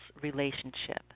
relationship